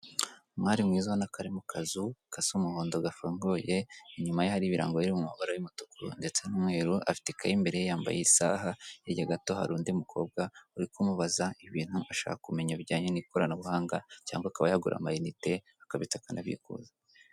Umwari mwiza ubona ko ari mu kazu gasa umuhondo gafunguye inyuma ye hari ibirango biri mu mabara y'umutuku ndetse n'umweru, afite ikaye imbere ye yambaye isaha hirya gato hari undi mukobwa uri kumubaza ibintu ashaka kumenya bijyanye n'ikoranabuhanga cyangwa akaba yagura amayinite, akabitsa akanabikuza.